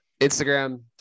instagram